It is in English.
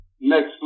next